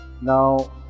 Now